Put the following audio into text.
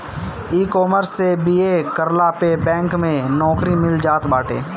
ecommerce से BA करला पअ बैंक में नोकरी मिल जात बाटे